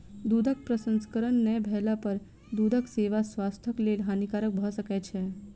दूधक प्रसंस्करण नै भेला पर दूधक सेवन स्वास्थ्यक लेल हानिकारक भ सकै छै